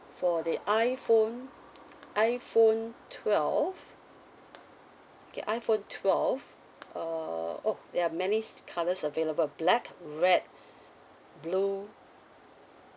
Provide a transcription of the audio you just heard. for the iPhone iPhone twelve okay iPhone twelve err oh there are many colours available black red blue